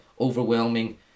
overwhelming